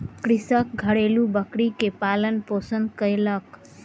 कृषक घरेलु बकरी के पालन पोषण कयलक